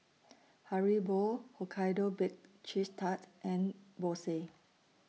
Haribo Hokkaido Baked Cheese Tart and Bose